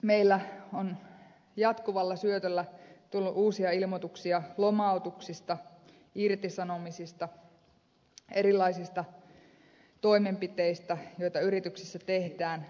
meillä on jatkuvalla syötöllä tullut uusia ilmoituksia lomautuksista irtisanomisista erilaisista toimenpiteistä joita yrityksissä tehdään